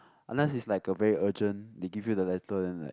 unless it's like a very urgent they give you the letter then like